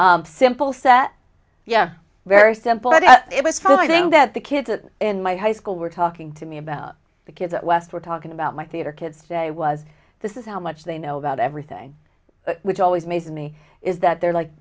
that simple set yeah very simple but it was fun i think that the kids in my high school were talking to me about the kids at west we're talking about my theater kids today was this is how much they know about everything which always amazes me is that they're like